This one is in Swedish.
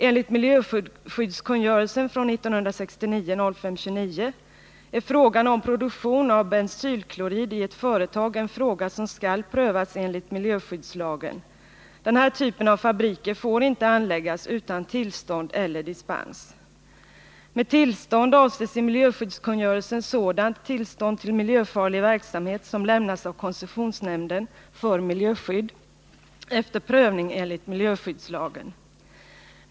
Enligt miljöskyddskungörelsen från 1969 är frågan om produktion av bensylklorid i ett företag en fråga som skall prövas enligt miljöskyddslagen. Den typen av fabriker får inte anläggas utan tillstånd eller dispens. Med tillstånd avses i miljöskyddskungörelsen sådant tillstånd till miljöfarlig verksamhet som lämnas av koncessionsnämnden för miljöskydd efter prövning enligt miljöskyddslagen.